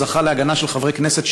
הוא עוד זכה להגנה של חברי כנסת,